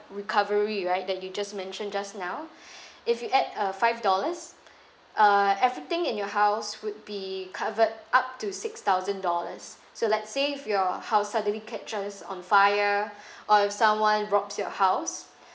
recovery right that you just mentioned just now if you add a five dollars uh everything in your house would be covered up to six thousand dollars so let's say if your house suddenly catches on fire or if someone robs your house